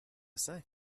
say